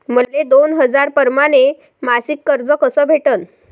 मले दोन हजार परमाने मासिक कर्ज कस भेटन?